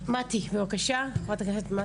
בבקשה חברת הכנסת מטי.